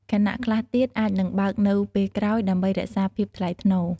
ខណៈខ្លះទៀតអាចនឹងបើកនៅពេលក្រោយ ដើម្បីរក្សាភាពថ្លៃថ្នូរ។